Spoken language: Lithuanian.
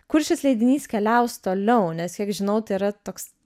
kur šis leidinys keliaus toliau nes kiek žinau tai yra toks